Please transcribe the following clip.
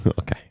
Okay